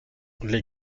les